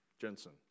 Jensen